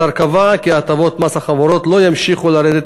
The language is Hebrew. השר קבע כי הטבות מס החברות לא ימשיכו לרדת